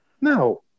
No